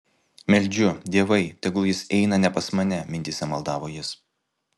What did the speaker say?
meldžiu dievai tegul jis eina ne pas mane mintyse maldavo jis